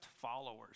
followers